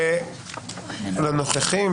לנוכחים.